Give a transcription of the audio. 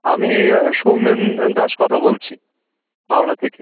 আমি সৌমেনন দাস কথা বলছি হাওড়া থেকে